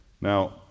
Now